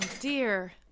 dear